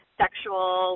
sexual